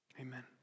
Amen